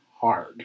hard